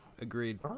agreed